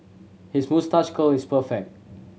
his moustache curl is perfect